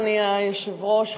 אדוני היושב-ראש,